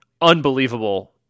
unbelievable